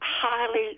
highly